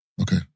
Okay